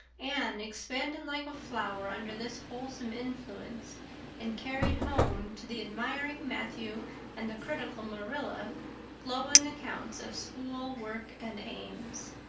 anne expanded like a flower under this wholesome influence and carried home to the admiring matthew and the critical marilla glowing accounts of schoolwork and aims.